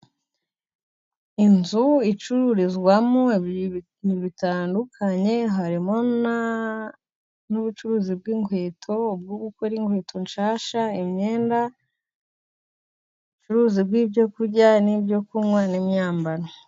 Inzu icururizwamo ibintu bitandukanye, harimo n'ubucuruzi bw'inkweto ubwo gukora inkweto nshyashya, imyenda, ubucuruzi bw'ibyo kurya n'ibyo kunwa n' imyambaro.